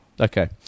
Okay